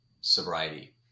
sobriety